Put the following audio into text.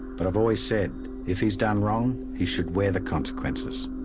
but i've always said if he's done wrong, he should wear the consequences.